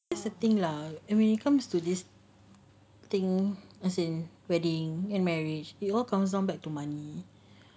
that's the thing lah and when it comes to this thing as in wedding and marriage it all comes down back to money